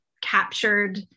captured